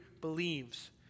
believes